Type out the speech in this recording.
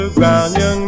young